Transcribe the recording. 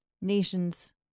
nations